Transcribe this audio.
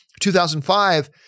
2005